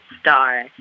star